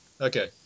Okay